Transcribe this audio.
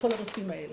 בכל הנושאים האלה.